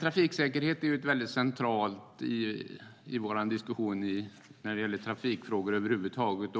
Trafiksäkerhet är väldigt centralt i vår diskussion när det gäller trafikfrågor över huvud taget.